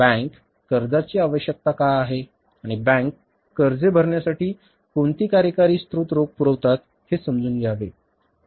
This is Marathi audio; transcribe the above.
बँक कर्जाची आवश्यकता का आहे आणि बँक कर्जे भरण्यासाठी कोणती कार्यकारी स्त्रोत रोख पुरवतात हे समजून घ्यावे